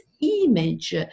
image